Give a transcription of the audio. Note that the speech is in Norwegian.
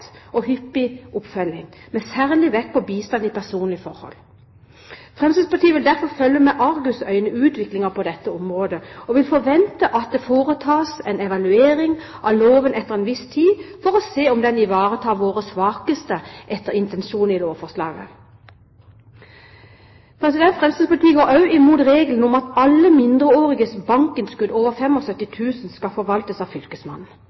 og hyppig oppfølging, med særlig vekt på bistand i personlige forhold. Fremskrittspartiet vil derfor følge utviklingen på dette området med argusøyne, og vi vil forvente at det foretas en evaluering av loven etter en viss tid for å se om den ivaretar våre svakeste etter intensjonen i lovforslaget. Fremskrittspartiet går også imot regelen om at alle mindreåriges bankinnskudd over 75 000 kr skal forvaltes av fylkesmannen.